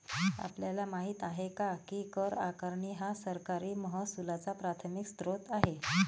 आपल्याला माहित आहे काय की कर आकारणी हा सरकारी महसुलाचा प्राथमिक स्त्रोत आहे